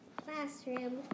classroom